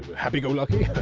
happy-go-lucky,